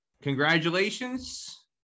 congratulations